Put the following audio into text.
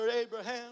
Abraham